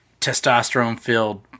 testosterone-filled